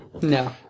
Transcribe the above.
No